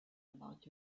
about